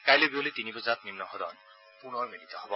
কাইলৈ বিয়লি তিনি বজাত নিম্ন সদন পুনৰ মিলিত হ'ব